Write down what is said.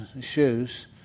shoes